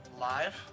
live